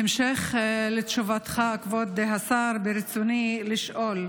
בהמשך לתשובתך, כבוד השר, ברצוני לשאול: